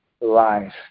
life